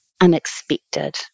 unexpected